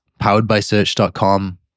poweredbysearch.com